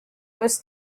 was